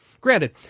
Granted